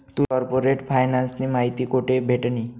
तुले कार्पोरेट फायनान्सनी माहिती कोठे भेटनी?